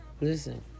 Listen